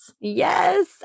Yes